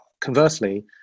Conversely